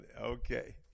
okay